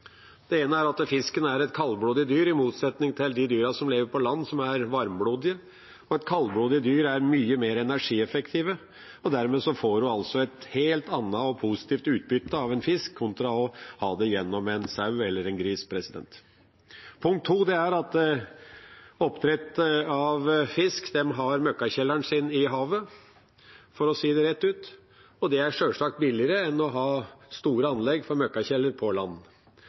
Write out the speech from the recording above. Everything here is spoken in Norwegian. Den ene er at fisken er et kaldblodig dyr, i motsetning til de dyrene som lever på land, som er varmblodige. Et kaldblodig dyr er mye mer energieffektivt, og dermed får en altså et helt annet og positivt utbytte av en fisk kontra en sau eller en gris. Punkt to er at i oppdrett av fisk har en møkkakjelleren sin i havet, for å si det rett ut, og det er sjølsagt billigere enn å ha store anlegg for møkkakjellere på land.